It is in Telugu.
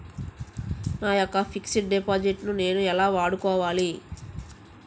నా యెక్క ఫిక్సడ్ డిపాజిట్ ను నేను ఎలా వాడుకోవాలి?